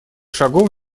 шагов